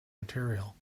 material